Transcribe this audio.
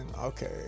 okay